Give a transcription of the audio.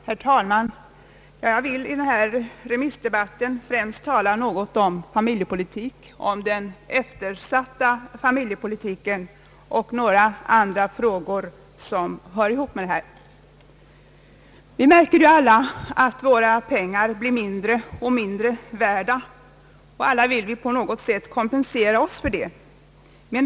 Herr talman! Jag vill i denna remissdebatt tala något om familjepolitiken — om den eftersatta familjepolitiken — och några andra frågor som hör ihop med denna. Vi märker alla att våra pengar blir mindre och mindre värda, och vi vill alla på något sätt få kompensation för detta.